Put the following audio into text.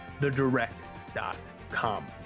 thedirect.com